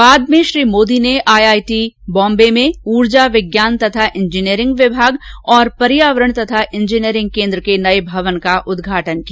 बाद में श्री मोदी ने आई आई टी बॉम्बे में ऊर्जा विज्ञान तथा इंजीनियरिंग विभाग और पर्यावरण विज्ञान तथा इंजीनियरिंग केन्द्र के नए भवन का उद्घाटन किया